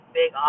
big